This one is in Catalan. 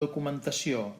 documentació